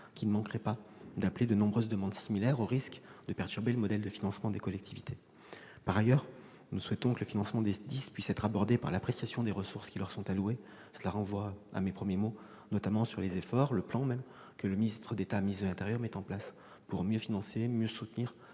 qui ne manquerait pas d'appeler de nombreuses demandes similaires, au risque de perturber le modèle de financement des collectivités. En outre, nous souhaitons que le financement des SDIS puisse être abordé sous l'angle de l'appréciation des ressources qui leur sont allouées- cela renvoie à mes premiers mots. Je pense notamment au plan que le ministre d'État, ministre de l'intérieur met en place pour mieux financer et soutenir